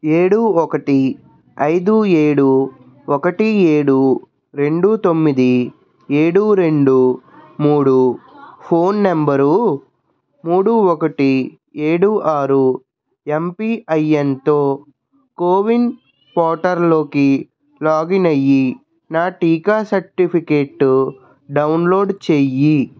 ఏడు ఒకటి ఐదు ఏడు ఒకటి ఏడు రెండు తొమ్మిది ఏడు రెండు మూడు ఫోన్ నెంబరు మూడు ఒకటి ఏడు ఆరు ఎంపీఐఎన్తో కోవిన్ పోర్టల్లోకి లాగిన్ అయ్యి నా టీకా సర్టిఫికేట్టు డౌన్లోడ్ చెయ్యి